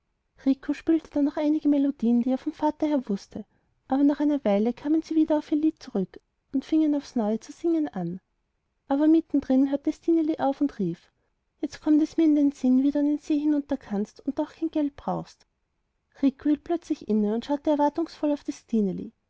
dann noch einige melodien die er vom vater her wußte aber nach einer weile kamen sie wieder auf ihr lied zurück und fingen aufs neue zu singen an aber mittendrin hörte stineli auf und rief jetzt kommt es mir in den sinn wie du an den see hinunter kannst und doch kein geld brauchst rico hielt plötzlich inne und schaute erwartungsvoll auf das